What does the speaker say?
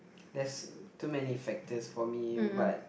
there's too many factors for me but